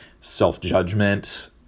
self-judgment